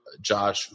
Josh